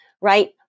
Right